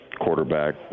quarterback